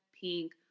pink